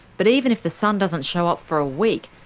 but even if the sun doesn't show up for a week,